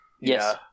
Yes